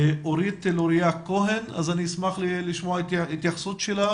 אורית לוריא כהן, אני אשמח לשמוע התייחסות שלה